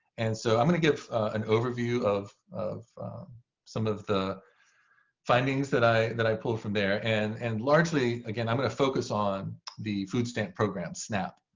and so i'm going to give an overview of of some of the findings that i that i pulled from there. and and largely, again, i'm going to focus on the food stamp program, snap,